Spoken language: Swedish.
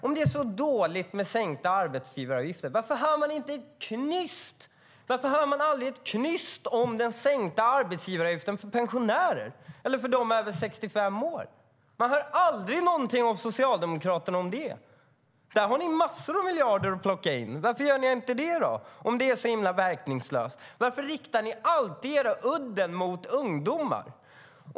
Om det är så dåligt med sänkta arbetsavgifter, varför hör man aldrig ett knyst om den sänkta arbetsgivaravgiften för pensionärer eller för dem över 65 år? Man hör aldrig någonting från Socialdemokraterna om det. Där har ni massor av miljarder att plocka in. Varför gör ni inte det om det är så himla verkningslöst? Varför riktar ni alltid udden mot ungdomar?